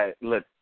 look